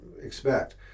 expect